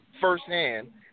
firsthand